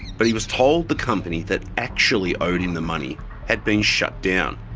but he was told the company that actually owed him the money had been shut down.